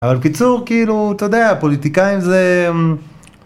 אבל בקיצור, כאילו, אתה יודע, הפוליטיקאים זה...